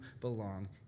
belong